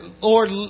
Lord